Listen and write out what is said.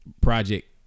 project